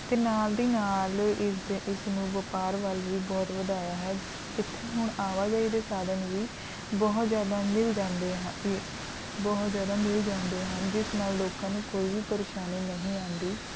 ਅਤੇ ਨਾਲ ਦੀ ਨਾਲ ਇਸ ਦੇ ਇਸ ਨੂੰ ਵਪਾਰ ਵੱਲ ਵੀ ਬਹੁਤ ਵਧਾਇਆ ਹੈ ਇੱਥੇ ਹੁਣ ਆਵਾਜਾਈ ਦੇ ਸਾਧਨ ਵੀ ਬਹੁਤ ਜ਼ਿਆਦਾ ਮਿਲ ਜਾਂਦੇ ਹ ਇ ਬਹੁਤ ਜ਼ਿਆਦਾ ਮਿਲ ਜਾਂਦੇ ਹਨ ਜਿਸ ਨਾਲ ਲੋਕਾਂ ਨੂੰ ਕੋਈ ਵੀ ਪਰੇਸ਼ਾਨੀ ਨਹੀਂ ਆਉਂਦੀ